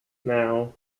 now